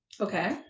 Okay